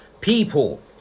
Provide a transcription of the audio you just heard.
People